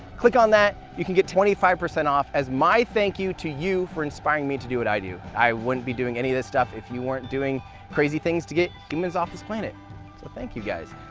click on that, you can get twenty five percent off as my thank you to you for inspiring me to do what i do, i wouldn't be doing any of this stuff if you weren't doing crazy things to get humans off this planet, so thank you guys.